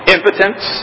Impotence